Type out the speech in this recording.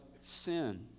sin